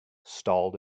stalled